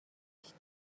گشت